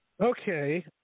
Okay